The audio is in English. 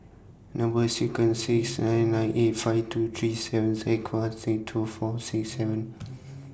Number sequence IS eight nine eight five two three seven Z Z two four six seven